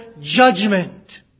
judgment